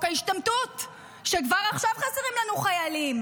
ההשתמטות כשכבר עכשיו חסרים לנו חיילים?